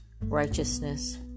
righteousness